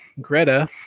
Greta